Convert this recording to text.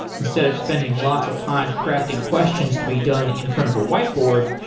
instead of spending lots of time crafting questions to be done in front of a whiteboard,